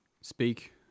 Speak